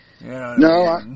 No